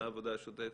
מה העבודה השוטפת?